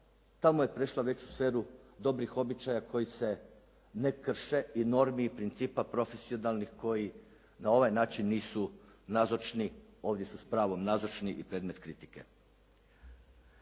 tamo je prešla već u sferu dobrih običaja koji se ne krše i normi i principa profesionalnih koji na ovaj način nisu nazočni. Ovdje su s pravom nazočni i predmet kritike.